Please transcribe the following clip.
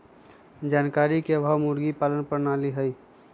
जानकारी के अभाव मुर्गी पालन प्रणाली हई